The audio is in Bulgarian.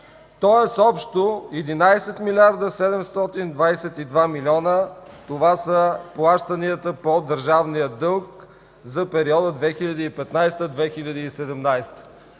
тоест общо 11 млрд. 722 милиона. Това са плащанията по държавния дълг за периода 2015 – 2017